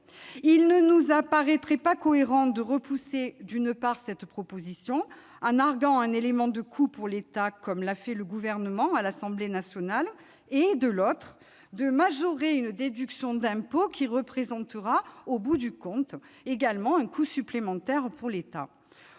Il ne nous semble pas cohérent, d'un côté, de repousser cette proposition, en arguant de son coût pour l'État, comme l'a fait le Gouvernement à l'Assemblée nationale, et, de l'autre, de majorer une déduction d'impôt qui représentera, au bout du compte, également un coût supplémentaire pour l'État.